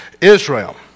Israel